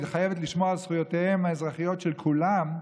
היא חייבת לשמור על זכויותיהם האזרחיות של כולם,